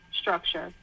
structure